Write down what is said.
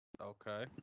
Okay